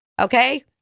Okay